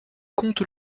comte